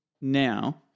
now